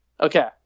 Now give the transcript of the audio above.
Okay